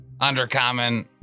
Undercommon